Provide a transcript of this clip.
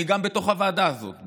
גם בתוך הוועדה הזאת,